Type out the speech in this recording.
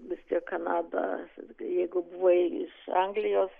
vis tiek kanada jeigu buvai iš anglijos